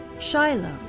Shiloh